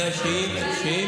כבוד השר, ודאי.